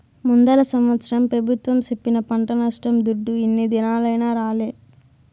ముందల సంవత్సరం పెబుత్వం సెప్పిన పంట నష్టం దుడ్డు ఇన్ని దినాలైనా రాలే